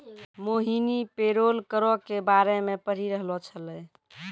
मोहिनी पेरोल करो के बारे मे पढ़ि रहलो छलै